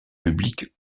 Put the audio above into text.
public